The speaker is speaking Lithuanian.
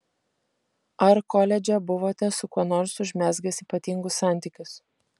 ar koledže buvote su kuo nors užmezgęs ypatingus santykius